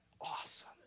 awesome